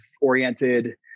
oriented